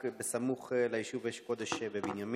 הנסיעה בכביש מסוכנת ופקוקה.